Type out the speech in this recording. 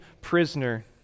prisoner